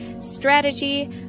strategy